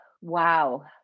wow